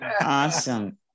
Awesome